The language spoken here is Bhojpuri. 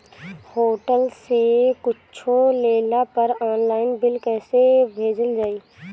होटल से कुच्छो लेला पर आनलाइन बिल कैसे भेजल जाइ?